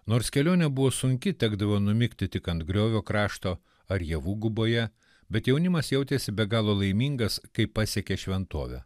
nors kelionė buvo sunki tekdavo numigti tik ant griovio krašto ar javų guboje bet jaunimas jautėsi be galo laimingas kai pasiekė šventovę